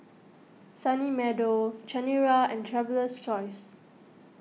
Sunny Meadow Chanira and Traveler's Choice